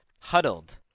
huddled